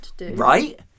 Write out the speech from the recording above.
Right